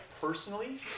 personally